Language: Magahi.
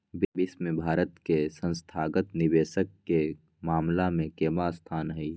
विश्व में भारत के संस्थागत निवेशक के मामला में केवाँ स्थान हई?